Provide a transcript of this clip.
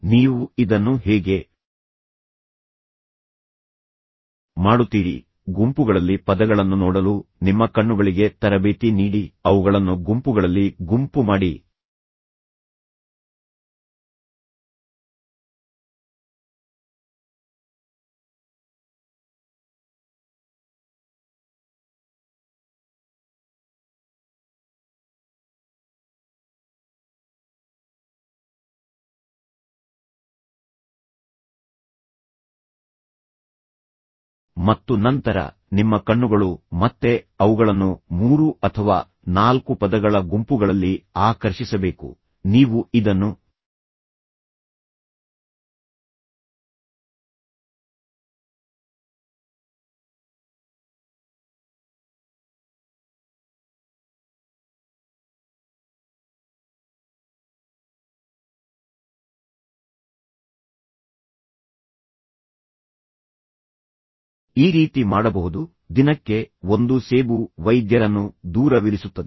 ನೀವು ಇದನ್ನು ಹೇಗೆ ಮಾಡುತ್ತೀರಿ ಗುಂಪುಗಳಲ್ಲಿ ಪದಗಳನ್ನು ನೋಡಲು ನಿಮ್ಮ ಕಣ್ಣುಗಳಿಗೆ ತರಬೇತಿ ನೀಡಿ ಅವುಗಳನ್ನು ಗುಂಪುಗಳಲ್ಲಿ ಗುಂಪು ಮಾಡಿ ಮತ್ತು ನಂತರ ನಿಮ್ಮ ಕಣ್ಣುಗಳು ಮತ್ತೆ ಅವುಗಳನ್ನು 3 ಅಥವಾ 4 ಪದಗಳ ಗುಂಪುಗಳಲ್ಲಿ ಆಕರ್ಷಿಸಬೇಕು ನೀವು ಇದನ್ನು ಈ ರೀತಿ ಮಾಡಬಹುದು ದಿನಕ್ಕೆ ಒಂದು ಸೇಬು ವೈದ್ಯರನ್ನು ದೂರವಿರಿಸುತ್ತದೆ